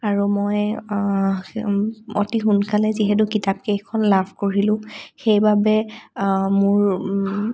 আৰু মই অতি সোনকালে যিহেতু কিতাপকেইখন লাভ কৰিলোঁ সেইবাবে মোৰ